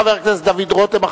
חבר הכנסת דוד רותם.